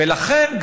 ולכן,